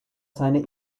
seine